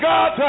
God